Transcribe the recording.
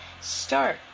start